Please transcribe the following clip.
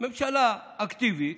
ממשלה אקטיבית,